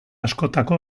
askotako